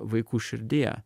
vaikų širdyje